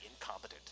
incompetent